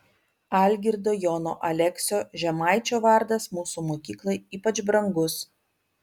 algirdo jono aleksio žemaičio vardas mūsų mokyklai ypač brangus